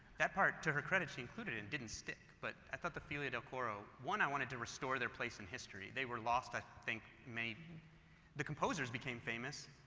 that part, to her credit she included, it and didn't stick, but i thought the figlie del coro one i wanted to restore their place in history, they were lost, i think many the composers became famous,